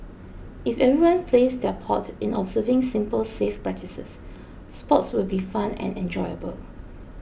if everyone plays their part in observing simple safe practices sports will be fun and enjoyable